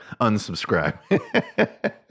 unsubscribe